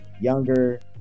younger